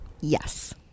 Yes